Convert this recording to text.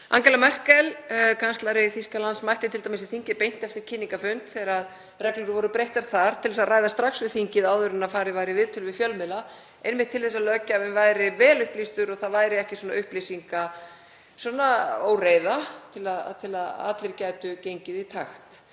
Angela Merkel, kanslari Þýskalands, mætti t.d. í þingið beint eftir kynningarfund þegar reglum var breytt þar til að ræða strax við þingið áður en farið var í viðtöl við fjölmiðla einmitt til þess að löggjafinn væri vel upplýstur og það væri ekki upplýsingaóreiða og allir gætu gengið í takt.